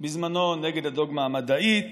בזמנו ונגד הדוגמה המדעית